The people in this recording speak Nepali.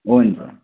हुन्छ